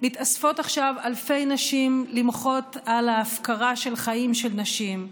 מתאספות עכשיו אלפי נשים למחות על ההפקרה של חיי נשים,